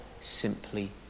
simply